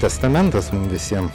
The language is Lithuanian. testamentas mum visiem